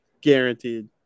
Guaranteed